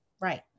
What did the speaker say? right